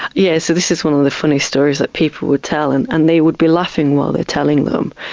yeah so this is one of the funny stories that people would tell and and they would be laughing while they are telling them.